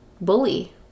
bully